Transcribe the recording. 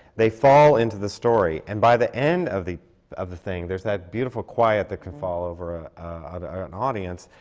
they fall into the story. and by the end of the of the thing, there's that beautiful quiet that can fall over ah ah and an audience,